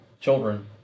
children